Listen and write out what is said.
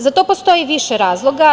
Za to postoji više razloga.